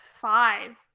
five